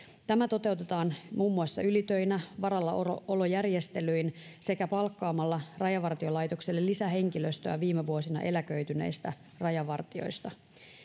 tämä toteutetaan muun muassa ylitöinä varallaolojärjestelyin sekä palkkaamalla rajavartiolaitokselle lisähenkilöstöä viime vuosina eläköityneistä rajavartijoista